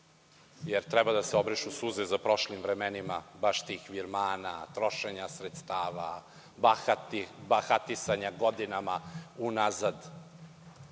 jer treba da se obrišu suze za prošlim vremenima, baš tih virmana, trošenja sredstava, bahatisanja godinama unazad.